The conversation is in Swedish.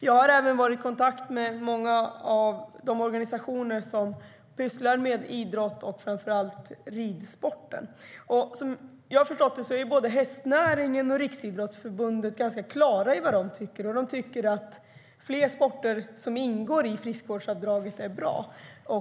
Jag har varit i kontakt med många av de organisationer som sysslar med idrott, framför allt ridsport. Som jag förstått det är både hästnäringen och Riksidrottsförbundet ganska klara över vad de tycker, nämligen att det är bra att fler sporter får friskvårdsbidrag, däribland ridning.